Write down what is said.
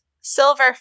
silver